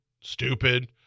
stupid